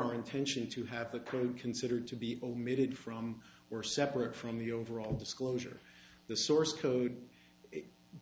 our intention to have a code considered to be omitted from or separate from the overall disclosure the source code